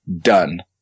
done